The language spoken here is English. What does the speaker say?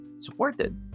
supported